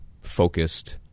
focused